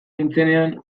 nintzenean